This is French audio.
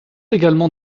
également